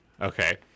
Okay